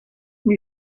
can